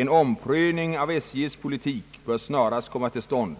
En omprövning av SJ:s politik bör snarast komma till stånd,